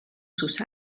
sus